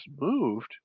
moved